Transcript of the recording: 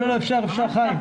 אפשר, חיים.